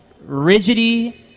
rigidity